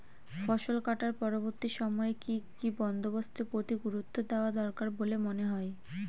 ফসলকাটার পরবর্তী সময়ে কি কি বন্দোবস্তের প্রতি গুরুত্ব দেওয়া দরকার বলে মনে হয়?